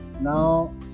Now